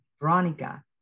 Veronica